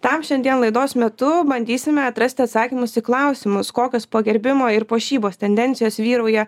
tam šiandien laidos metu bandysime atrasti atsakymus į klausimus kokios pagerbimo ir puošybos tendencijos vyrauja